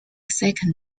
second